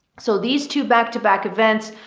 so these two back-to-back events,